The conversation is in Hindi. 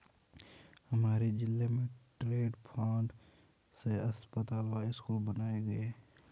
हमारे जिले में ट्रस्ट फंड से अस्पताल व स्कूल बनाए गए